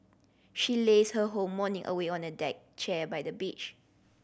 she lazed her whole morning away on a deck chair by the beach